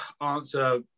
answer